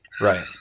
Right